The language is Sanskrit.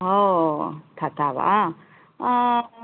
ओ तथा वा